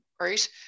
right